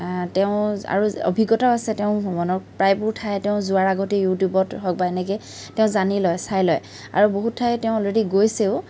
তেওঁৰ আৰু অভিজ্ঞতাও আছে তেওঁৰ ভ্ৰমণৰ প্ৰায়বোৰ ঠাই তেওঁ যোৱাৰ আগতেই ইউটিউবত হওক বা এনেকৈ তেওঁ জানি লয় চাই লয় আৰু বহু ঠাইত তেওঁ অলৰেডী গৈছেও